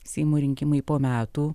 seimo rinkimai po metų